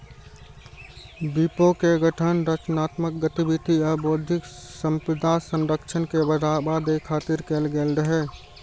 विपो के गठन रचनात्मक गतिविधि आ बौद्धिक संपदा संरक्षण के बढ़ावा दै खातिर कैल गेल रहै